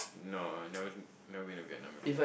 no I never never been to Vietnam before